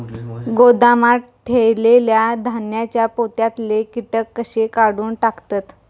गोदामात ठेयलेल्या धान्यांच्या पोत्यातले कीटक कशे काढून टाकतत?